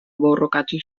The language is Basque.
borrokatu